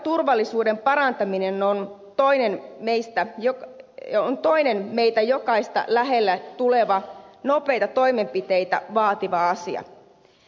liikenneturvallisuuden parantaminen on toinen niistä jotka jo on toinen meitä jokaista lähelle tuleva nopeita toimenpiteitä vaativa asia